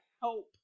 help